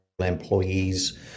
employees